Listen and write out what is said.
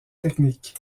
technique